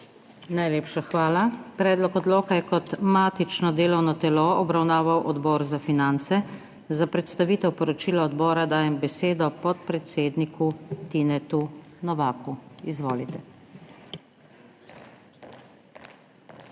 Najlepša hvala. Predlog odloka je kot matično delovno telo obravnaval Odbor za finance. Za predstavitev poročila odbora dajem besedo podpredsedniku Tinetu Novaku. Izvolite.